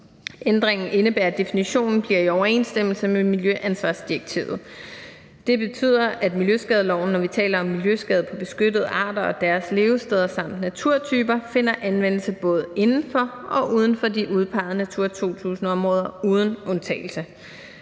Ændringen indebærer, at definitionen bliver i overensstemmelse med miljøansvarsdirektivet. Det betyder, at miljøskadeloven, når vi taler om miljøskader på beskyttede arter og deres levesteder samt naturtyper, finder anvendelse både inden for og uden for de udpegede Natura 2000-områder uden undtagelse.